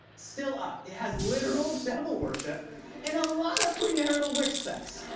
still up. it has literal devil worship and a lot of premarital witch sex.